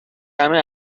همه